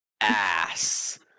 ass